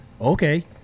Okay